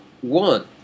one